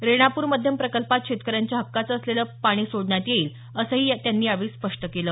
रेणापूर मध्यम प्रकल्पात शेतकऱ्यांच्या हक्काचं असलेलंच फक्त पाणी सोडण्यात येईल असंही त्यांनी यावेळी स्पष्ट केलं